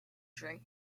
drink